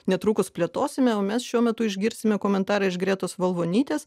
netrukus plėtosime o mes šiuo metu išgirsime komentarą iš gretos valvonytės